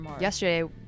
Yesterday